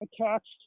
attached